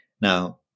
Now